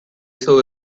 saw